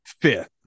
fifth